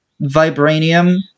vibranium